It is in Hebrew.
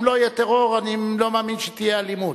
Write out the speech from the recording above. אם לא יהיה טרור, אני לא מאמין שתהיה אלימות,